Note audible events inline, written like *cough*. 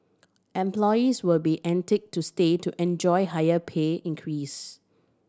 employees will be *unintelligible* to stay to enjoy higher pay increase